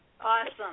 Awesome